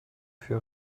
für